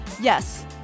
Yes